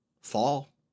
fall